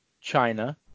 China